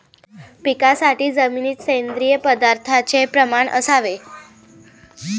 पिकासाठी जमिनीत सेंद्रिय पदार्थाचे प्रमाण असावे